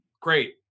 great